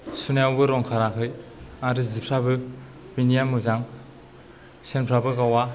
सुनायावबो रं खाराखै आरो जिफ्राबो बिनिया मोजां सेनफ्राबो गावा